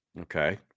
Okay